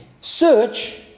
Search